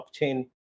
blockchain